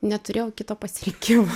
neturėjau kito pasirinkimo